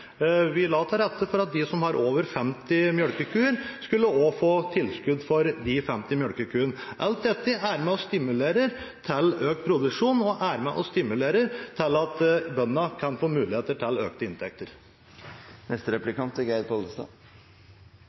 Vi la til rette for at de som har over 50 melkekuer, også skulle få tilskudd for de 50 melkekuene. Alt dette er med og stimulerer til økt produksjon og til at bøndene kan få muligheter til økte inntekter. Jordbruksoppgjøret er viktig for bondens inntekt. Skatt er